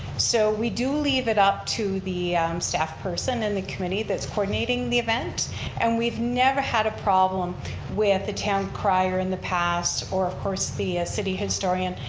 so we do leave it up to the staff person and the committee that's coordinating the event and we've never had a problem with the town crier in the past or of course the city historian.